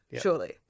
surely